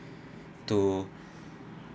to